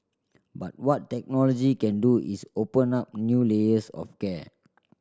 but what technology can do is open up new layers of care